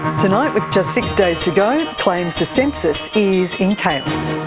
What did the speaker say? tonight with just six days to go, claims the census is in chaos.